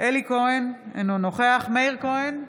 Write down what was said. אלי כהן, אינו נוכח מאיר כהן,